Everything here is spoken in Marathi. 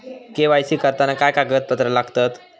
के.वाय.सी करताना काय कागदपत्रा लागतत?